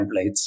templates